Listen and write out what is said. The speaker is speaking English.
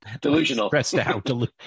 delusional